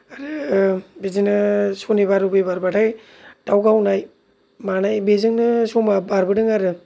बिदिनो शनिबार रबिबार बाथाय दाउ गावनाय मानाय बेजोंनो समा बारबोदों आरो